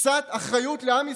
קצת אחריות לעם ישראל.